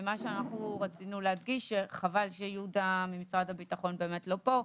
אנחנו רצינו להדגיש שחבל שיהודה ממשרד הביטחון לא פה,